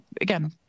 again